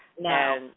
No